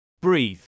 Breathe